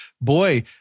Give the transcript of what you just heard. boy